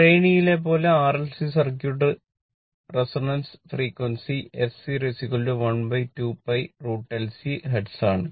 ശ്രേണിയിലെ പോലെ RL C circuit a resonance frequency f 012 pi √ L C hertz ആണ്